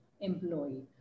employee